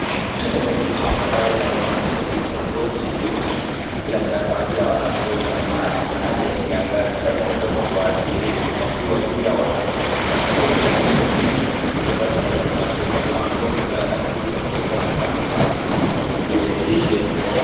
Muktatha wa kiafya ambayo inahusisha vitongoji duni, na bila shaka pia wanakosa maji, kuna hali ya kiangazi ambayo inaweza kuwaathiri, kwa kuwa pia watakosa chakula cha kimsingi, hivyo basiwanaweza kuathirika na magonjwa ambayo yanakuja kwa kukosa maji safi, na vile vile, lishe bora.